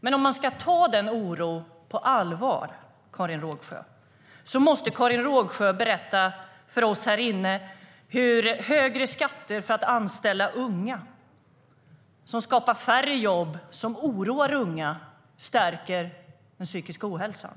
Men om man ska ta den oron på allvar måste Karin Rågsjö berätta för oss härinne hur högre skatter för att anställa unga, som skapar färre jobb och oroar unga, stärker kampen mot den psykiska ohälsan.